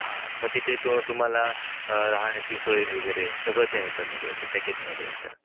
हां मग तिथे तु तुम्हाला राहण्याची सोय वगैरे सगळं त्या ह्याच्यामध्ये येतं पॅकेजमध्ये येतं